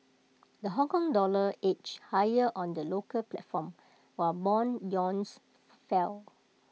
the Hongkong dollar edged higher on the local platform while Bond yields fell